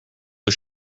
was